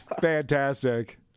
fantastic